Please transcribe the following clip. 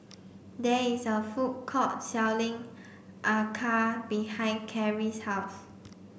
there is a food court selling Acar behind Carrie's house